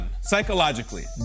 psychologically